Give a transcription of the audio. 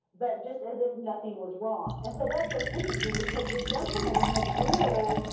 but just as if nothing was wrong. and so that was interesting because the gentlemen, i mean a duel,